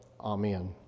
amen